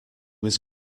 was